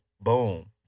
Boom